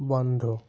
বন্ধ